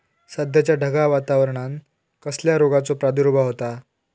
सध्याच्या ढगाळ वातावरणान कसल्या रोगाचो प्रादुर्भाव होता?